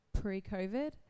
pre-COVID